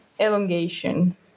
Elongation